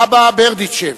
אבא ברדיצ'ב,